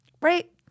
Right